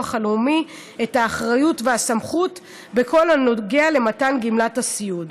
לאומי את האחריות והסמכות בכל הנוגע למתן גמלת הסיעוד.